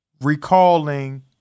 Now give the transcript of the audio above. recalling